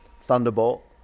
thunderbolt